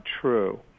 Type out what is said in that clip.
true